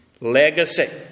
legacy